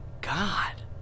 god